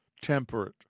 temperate